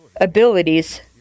abilities